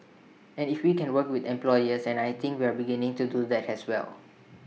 and if we can work with employers and I think we're beginning to do that has well